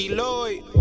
Lloyd